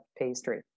pastry